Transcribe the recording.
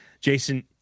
Jason